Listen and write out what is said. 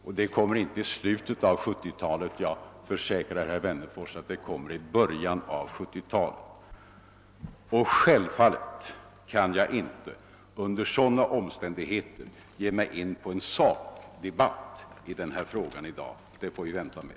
Och det kommer inte att läggas fram i slutet av 1970-talet — jag kan försäkra herr Wennerfors att det kommer att presenteras i början av 1970-talet. Självfallet kan jag under sådana omständigheter inte ge mig in på en sakdebatt i frågan vid detta tillfälle. Den debatten får vi vänta med.